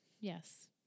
Yes